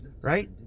right